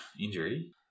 injury